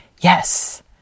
Yes